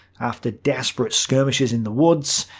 after desperate skirmishes in the woods,